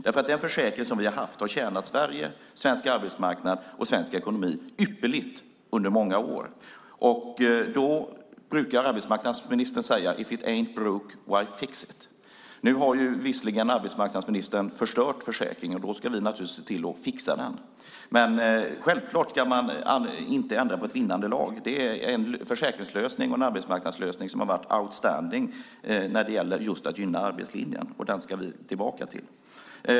Den försäkring som vi har haft har tjänat Sverige, svensk arbetsmarknad och svensk ekonomi ypperligt under många år. Då brukar arbetsmarknadsministern säga: If it ain't broke, why fix it? Nu har visserligen arbetsmarknadsministern förstört försäkringen och då ska vi naturligtvis se till att fixa den, men självklart ska man inte ändra på ett vinnande lag. Det är en försäkringslösning och en arbetsmarknadslösning som har varit outstanding just när det gäller att gynna arbetslinjen. Den ska vi tillbaka till.